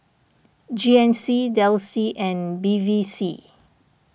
G N C Delsey and Bevy C